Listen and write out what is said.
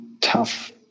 tough